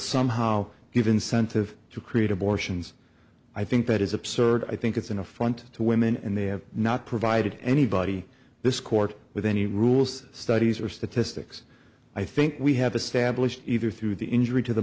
somehow give incentive to create abortions i think that is absurd i think it's an affront to women and they have not provided anybody this court with any rules studies or statistics i think we have established either through the injury to the